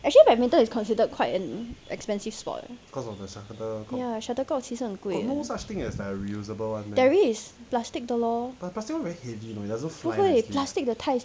actually badminton is considered quite an expensive sport ya shuttlecock 其实是很贵 there is plastic the lor 不会 plastic 的太